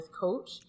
coach